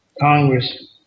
Congress